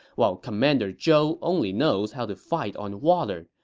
while commander zhou only knows how to fight on water,